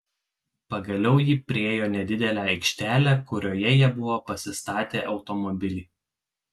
pagaliau ji priėjo nedidelę aikštelę kurioje jie buvo pasistatę automobilį